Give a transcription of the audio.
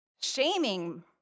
shaming